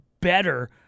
better